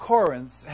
Corinth